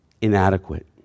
inadequate